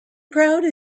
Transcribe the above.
proud